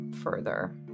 further